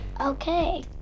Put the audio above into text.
Okay